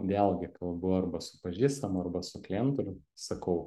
vėlgi kalbu arba su pažįstamu arba su klientu ir sakau